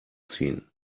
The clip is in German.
ziehen